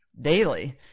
daily